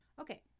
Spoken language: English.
Okay